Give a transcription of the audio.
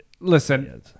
Listen